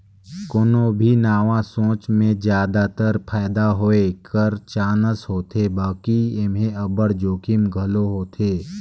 कोनो भी नावा सोंच में जादातर फयदा होए कर चानस होथे बकि एम्हें अब्बड़ जोखिम घलो होथे